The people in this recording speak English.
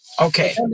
Okay